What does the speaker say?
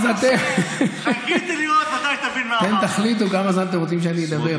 אתם תחליטו כמה זמן אתם רוצים שאני אדבר.